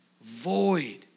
void